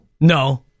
No